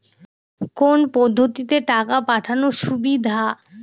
কোন পদ্ধতিতে টাকা পাঠানো সুবিধা?